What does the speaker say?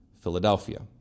Philadelphia